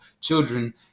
children